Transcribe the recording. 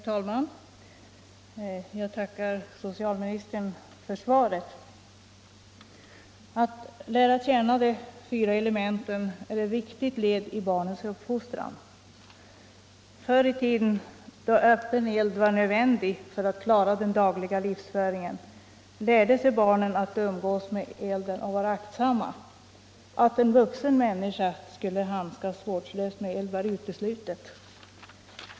Herr talman! Jag tackar socialministern för svaret. Att lära känna de fyra elementen är ett viktigt led i barnens uppfostran. Förr i tiden, då öppen eld var nödvändig för att klara den dagliga livsföringen, lärde sig barnen att umgås med elden och vara aktsamma. Att en vuxen människa skulle handskas vårdslöst med eld var uteslutet.